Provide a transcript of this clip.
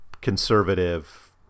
conservative